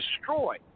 destroy